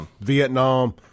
Vietnam